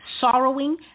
sorrowing